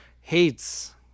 hates